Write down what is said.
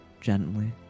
gently